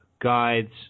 guides